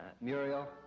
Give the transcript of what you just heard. Muriel